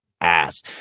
Ass